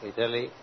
Italy